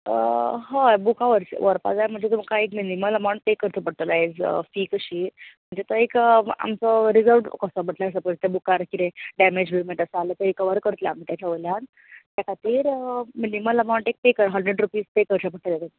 हय बुकां व्हरपाक जाय म्हणटगर म्हाका एक मिनीमम अमावंट पे करचो पडटलो एज अ फी कशी तो एक आमचो रिजर्व कसो म्हटले एक बुकार कितें डेमेज वेमेज कितें आसा जाल्यार रिकवर करतले आमी ताच्या वयल्यान त्या खातीर मिनीमम अमावंट एक हड्रेड रुपीज पे करचे पडटले